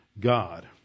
God